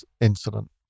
incident